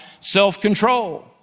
self-control